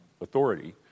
authority